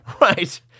Right